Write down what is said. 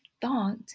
thought